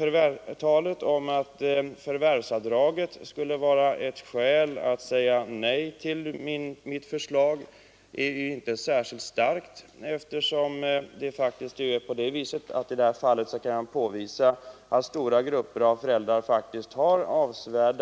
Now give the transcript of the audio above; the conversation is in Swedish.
Argumentet att förvärvsavdraget skulle vara ett skäl att säga nej till mitt förslag är inte särskilt starkt, eftersom jag i det fallet kan påvisa att 31 stora grupper av föräldrar har avsevärt